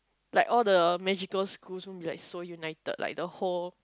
like all the magical schools won't be like so united like the whole